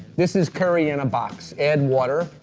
this is curry in a box. add water.